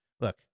Look